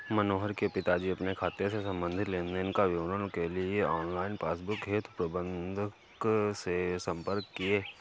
मनोहर के पिताजी अपने खाते से संबंधित लेन देन का विवरण के लिए ऑनलाइन पासबुक हेतु प्रबंधक से संपर्क किए